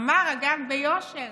אגב, אמר ביושר